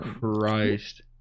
Christ